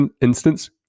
instance